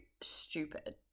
Stupid